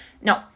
No